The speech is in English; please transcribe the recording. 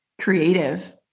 creative